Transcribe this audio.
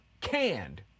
canned